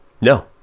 no